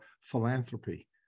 philanthropy